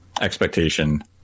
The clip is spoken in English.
expectation